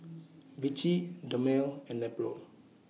Vichy Dermale and Nepro